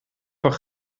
van